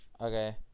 Okay